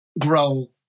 grow